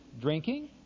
drinking